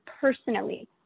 personally